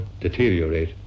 deteriorate